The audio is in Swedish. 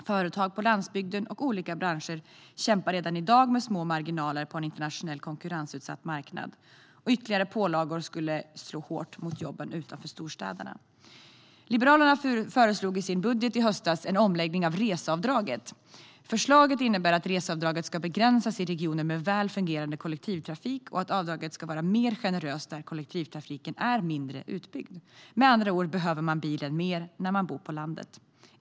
Företag på landsbygden och olika branscher kämpar redan i dag med små marginaler på en internationell och konkurrensutsatt marknad. Ytterligare pålagor skulle slå hårt mot jobben utanför storstäderna. Liberalerna föreslog i sin budget i höstas en omläggning av reseavdraget. Förslaget innebär att reseavdraget ska begränsas i regioner med väl fungerande kollektivtrafik och att avdraget ska vara mer generöst där kollektivtrafiken är mindre utbyggd. Med andra ord behöver man bilen mer när man bor på landet.